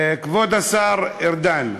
כבוד השר ארדן,